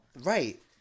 Right